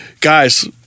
Guys